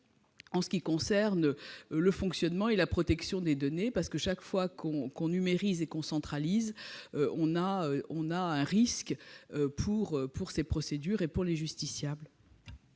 en ce qui concerne le fonctionnement et la protection des données, parce que, chaque fois que l'on numérise et que l'on centralise un dispositif, cela comporte un risque pour les procédures et pour les justiciables.